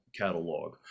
catalog